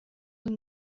dans